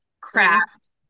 craft